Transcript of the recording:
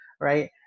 right